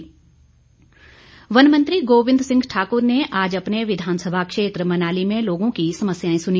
गोविंद ठाकुर वन मंत्री गोविंद सिंह ठाक्र ने आज अपने विधानसभा क्षेत्र मनाली में लोगों की समस्याएं सुनी